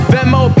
Venmo